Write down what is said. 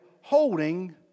holding